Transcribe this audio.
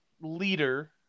leader